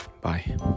Bye